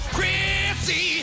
Chrissy